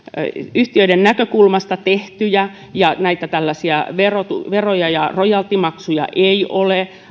yhtiöiden näkökulmasta tehtyjä näitä tällaisia veroja veroja ja rojaltimaksuja ei ole